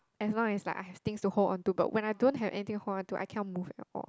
as long as I think to hold on to but when I don't have thing to hold on to I cannot move at all